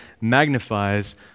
magnifies